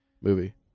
movie